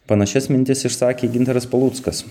panašias mintis išsakė gintaras paluckas